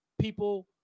people